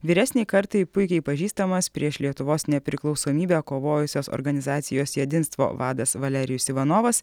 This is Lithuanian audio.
vyresnei kartai puikiai pažįstamas prieš lietuvos nepriklausomybę kovojusios organizacijos jedinstvo vadas valerijus ivanovas